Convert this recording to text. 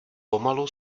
pomalu